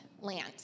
land